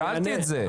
שאלתי את זה.